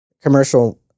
Commercial